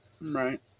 Right